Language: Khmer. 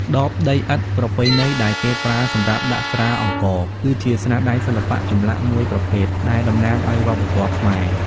ដបដីឥដ្ឋប្រពៃណីដែលគេប្រើសម្រាប់ដាក់ស្រាអង្ករ គឺជាស្នាដៃសិល្បៈចម្លាក់មួយប្រភេទ ដែលតំណាងឱ្យវប្បធម៌ខ្មែរ។